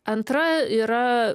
antra yra